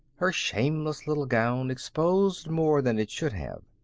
her shameless little gown exposed more than it should have.